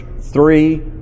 three